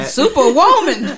superwoman